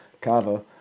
kava